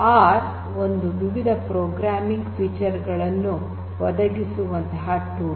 R ಒಂದು ವಿವಿಧ programming feature ಗಳನ್ನು ಒದಗಿಸುವಂತಹ ಟೂಲ್